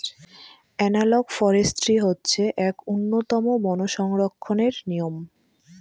analogue forestry হচ্ছে এক উন্নতম বন সংরক্ষণের নিয়ম